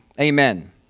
Amen